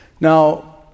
Now